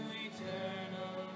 eternal